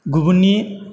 गुबुननि